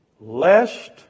Lest